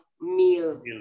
meal